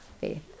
faith